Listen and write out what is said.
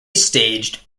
staged